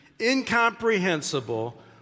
incomprehensible